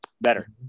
better